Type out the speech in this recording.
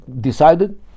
decided